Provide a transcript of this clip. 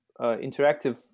interactive